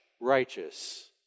righteous